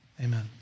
Amen